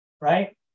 right